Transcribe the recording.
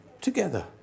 together